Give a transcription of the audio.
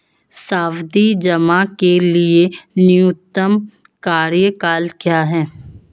सावधि जमा के लिए न्यूनतम कार्यकाल क्या है?